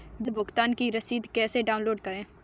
Bill भुगतान की रसीद कैसे डाउनलोड करें?